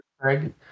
Craig